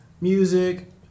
music